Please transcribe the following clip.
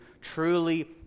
truly